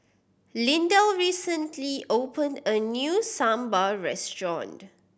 Lydell recently opened a new Sambar restaurant